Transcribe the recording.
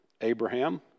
Abraham